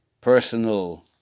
personal